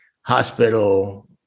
hospital